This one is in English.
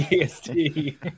EST